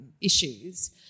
issues